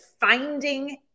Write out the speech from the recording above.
finding